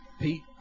Pete